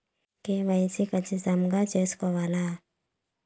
KYC ఖచ్చితంగా సేసుకోవాలా